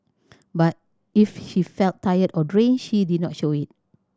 but if she felt tired or drained she did not show it